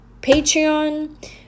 Patreon